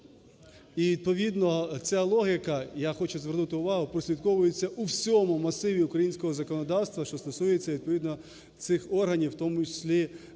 І відповідно ця логіка, я хочу звернути увагу, прослідковується у всьому масиві українського законодавства, що стосується відповідно цих органів, в тому числі